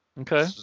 Okay